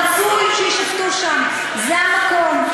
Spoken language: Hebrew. רצוי שיישפטו שם, זה המקום.